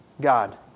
God